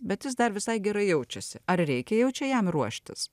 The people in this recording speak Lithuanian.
bet jis dar visai gerai jaučiasi ar reikia jau čia jam ruoštis